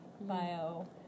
bio